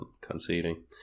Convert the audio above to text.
Conceding